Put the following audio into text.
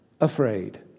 afraid